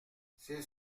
c’est